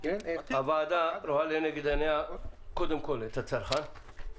הוועדה רואה לנגד עיניה קודם כל את הצרכן,